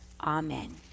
Amen